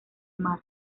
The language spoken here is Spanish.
mar